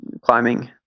climbing